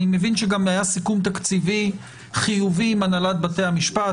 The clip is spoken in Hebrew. אני גם מבין שהיה סיכום תקציבי חיובי עם הנהלת בתי המשפט.